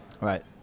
Right